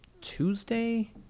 Tuesday